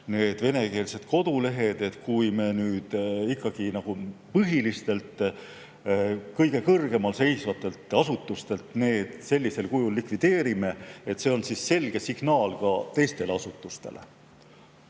on venekeelsed kodulehed ja kui me nüüd ikkagi põhilistes, kõige kõrgemal seisvates asutustes need sellisel kujul likvideerime, siis see on selge signaal ka teistele asutustele.